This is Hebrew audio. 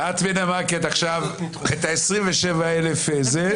את מנמקת עכשיו את ה-27,000 הסתייגויות,